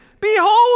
Behold